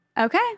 Okay